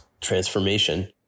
transformation